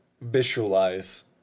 visualize